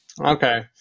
Okay